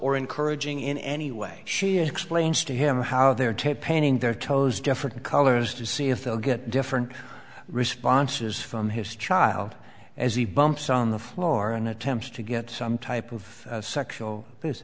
or encouraging in any way she explains to him how they are to painting their toes different colors to see if they'll get different responses from his child as he bumps on the floor and attempts to get some type of sexual